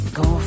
go